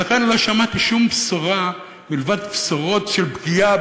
לא שמעתי שום בשורה מלבד בשורות של פגיעה